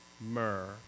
myrrh